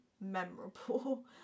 memorable